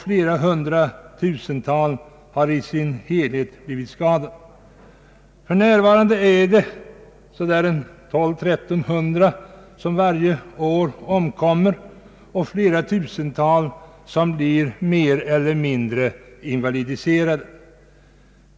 Flera hundratusental har sammanlagt blivit skadade. För närvarande omkonimer varje år 1 200—1 300 personer, och flera tusental blir mer eller mindre invalidiserade.